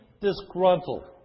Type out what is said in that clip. disgruntled